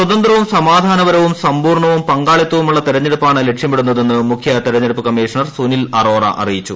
സ്വതന്ത്രവും സമാധാനപരവും സമ്പൂർണ്ണവും പങ്കാളിത്തവുമുള്ള തെരഞ്ഞെടുപ്പാണ് ലക്ഷ്യമിടുന്നതെന്ന് മുഖ്യതെരഞ്ഞെടുപ്പ് കമ്മീഷണർ സുനിൽ അറോറ അറിയിച്ചു